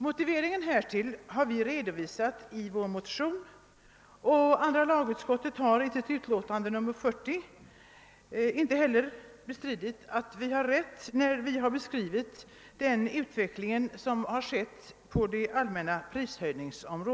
Motiveringen för detta yrkande har vi redovisat i motionerna. Andra lagutskottet har inte heller i sitt utlåtande nr 40 bestritt att vi har rätt i vår beskrivning av den utveckling som skett till följd av de allmänna prishöjningarna.